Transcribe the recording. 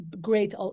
great